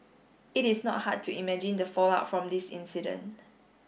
it is not hard to imagine the fallout from this incident